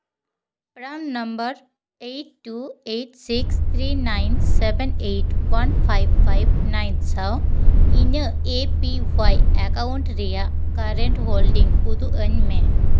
ᱯᱨᱟᱱ number eight two eight six three nine seven eight one five five nine ᱥᱟᱶ ᱤᱧᱟᱹᱜ A P Y account ᱨᱮᱭᱟᱜ current holding ᱩᱫᱩᱜᱼᱟᱹᱧ ᱢᱮ